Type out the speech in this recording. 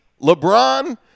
LeBron